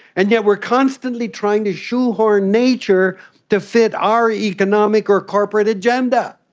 and yet we are constantly trying to shoehorn nature to fit our economic or corporate agenda.